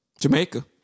Jamaica